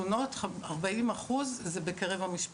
ארבעים אחוז הן בקרב המשפחה,